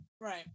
Right